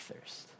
thirst